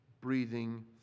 breathing